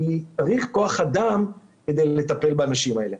צריך כוח אדם כדי לטפל באנשים האלה.